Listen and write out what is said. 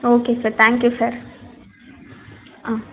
okay sir thank you sir ah